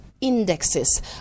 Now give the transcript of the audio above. indexes